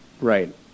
Right